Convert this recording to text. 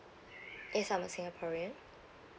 yes I'm a singaporean